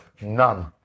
None